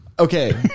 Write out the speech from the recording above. Okay